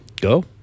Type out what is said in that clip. Go